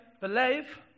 believe